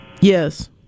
Yes